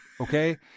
Okay